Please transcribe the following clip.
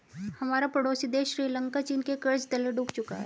हमारा पड़ोसी देश श्रीलंका चीन के कर्ज तले डूब चुका है